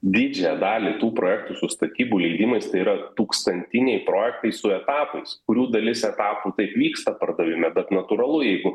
didžiąją dalį tų projektų su statybų leidimais tai yra tūkstantiniai projektai su etapais kurių dalis etapų taip vyksta pardavime bet natūralu jeigu